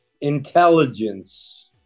intelligence